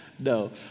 No